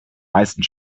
meisten